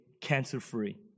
cancer-free